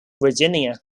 virginia